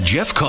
Jeff